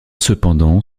cependant